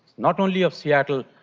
not only of seattle,